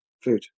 food